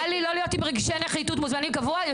טלי, לא להיות עם רגשי נחיתות, מוזמנים קבוע.